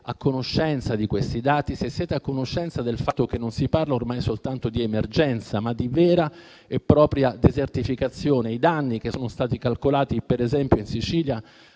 a conoscenza di questi dati, se siete a conoscenza del fatto che non si parla ormai soltanto di emergenza, ma di vera e propria desertificazione. I danni che sono stati calcolati, per esempio in Sicilia,